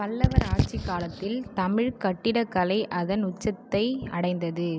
பல்லவர் ஆட்சிக் காலத்தில் தமிழ் கட்டிடக்கலை அதன் உச்சத்தை அடைந்தது